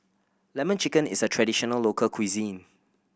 Lemon Chicken is a traditional local cuisine